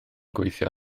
gweithio